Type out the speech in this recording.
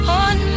on